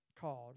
called